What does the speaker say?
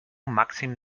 màxim